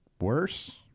worse